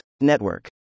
Network